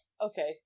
Okay